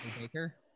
Baker